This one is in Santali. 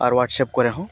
ᱟᱨ ᱦᱳᱣᱟᱴᱥᱮᱯ ᱠᱚᱨᱮ ᱦᱚᱸ